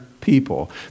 people